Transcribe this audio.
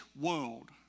world